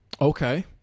Okay